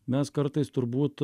mes kartais turbūt